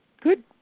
good